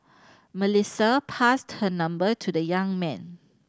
Melissa passed her number to the young man